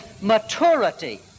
maturity